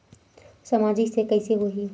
सामाजिक से कइसे होही?